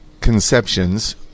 conceptions